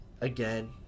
Again